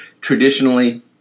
Traditionally